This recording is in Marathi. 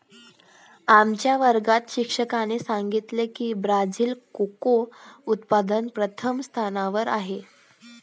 आमच्या वर्गात शिक्षकाने सांगितले की ब्राझील कोको उत्पादनात प्रथम स्थानावर आहे